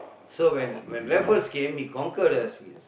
so so when when Raffles came he conquer the Sing~ Sing